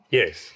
yes